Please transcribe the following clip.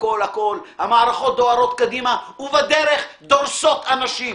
המערכות דוהרות קדימה ובדרך דורסות אנשים